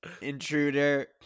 Intruder